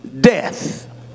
death